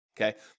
Okay